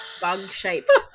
bug-shaped